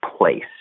place